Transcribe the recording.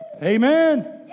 Amen